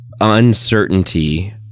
Uncertainty